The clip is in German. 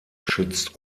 schützt